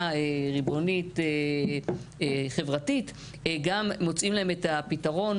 ריבונית חברתית גם מוצאים להן את הפתרון,